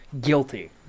guilty